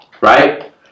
Right